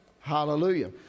Hallelujah